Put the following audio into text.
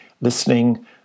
listening